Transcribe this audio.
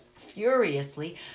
furiously